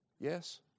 Yes